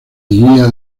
guía